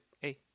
Hey